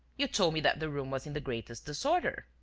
you told me that the room was in the greatest disorder!